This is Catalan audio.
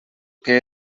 que